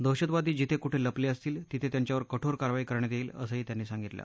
दहशतवादी जिथे कुठे लपले असतील तिथे त्यांच्यावर कठोर कारवाई करण्यात येईल असंही त्यांनी सांगितलं